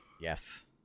Yes